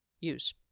use